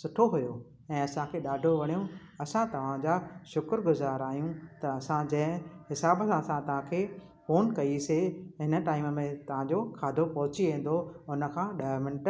सुठो हुओ ऐं असांखे ॾाढो वणियो असां तव्हांजा शुक्रग़ुजारु आहियूं त असां जंहिं हिसाब सां असां तव्हांखे फोन कईसीं हिन टाइम में तव्हांजो खाधो पहुची वेंदो उन खां ॾह मिंट